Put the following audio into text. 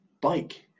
bike